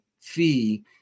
fee